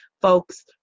folks